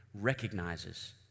recognizes